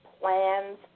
plans